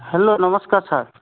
hello নমস্কাৰ sir